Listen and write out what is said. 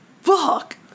fuck